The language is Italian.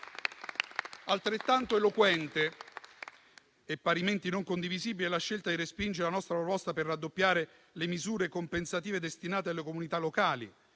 Altrettanto eloquente e parimenti non condivisibile è la scelta di respingere la nostra proposta per raddoppiare le misure compensative destinate alle comunità locali,